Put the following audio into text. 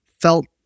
felt